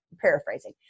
Paraphrasing